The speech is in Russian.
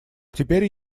теперь